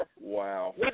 Wow